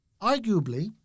Arguably